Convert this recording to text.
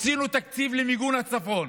הקצינו תקציב למיגון הצפון.